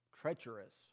treacherous